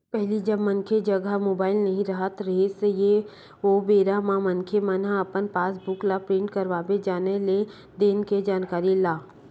पहिली जब मनखे जघा मुबाइल नइ राहत रिहिस हे ओ बेरा म मनखे मन ह अपन पास बुक ल प्रिंट करवाबे जानय लेन देन के जानकारी ला